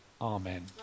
amen